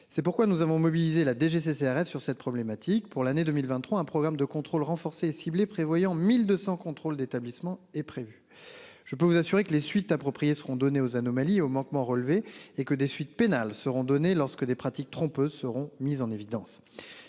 C'est pourquoi nous avons mobilisé la DGCCRF sur cette problématique pour l'année 2023 un programme de contrôles renforcés ciblés prévoyant 1200 contrôles d'établissement est prévu. Je peux vous assurer que les suites appropriées seront données aux anomalies aux manquements relevés et que des suites pénales seront données lorsque des pratiques trompeuses seront mises en évidence